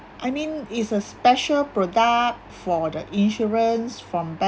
I mean it's a special product for the insurance from bank